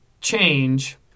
change